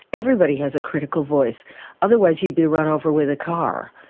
everybody has a critical voice otherwise you'd be run over with a car.